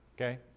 okay